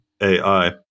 AI